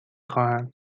خواهم